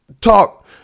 talk